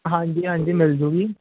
ਹਾਂਜੀ ਹਾਂਜੀ ਮਿਲ ਜਾਉਗੀ